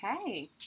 Okay